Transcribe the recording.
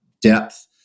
depth